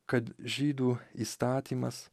kad žydų įstatymas